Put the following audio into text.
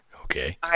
okay